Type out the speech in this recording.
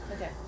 Okay